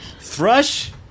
Thrush